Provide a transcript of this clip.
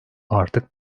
artık